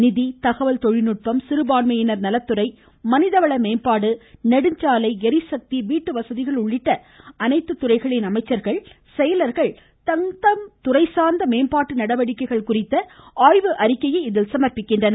நிதி தகவல்தொழில்நுட்பம் சிறுபான்மையினர் நலத்துறை மனிதவள மேம்பாடு நெடுஞ்சாலை ளிசக்தி வீட்டுவசதி உள்ளிட்ட அனைத்து துறை அமைச்சர்கள் செயலர்கள் தங்கள் துறை சார்ந்த மேம்பாட்டு நடவடிக்கைகள் குறித்த ஆய்வு அறிக்கையையும் இதில் சமர்ப்பிக்கின்றனர்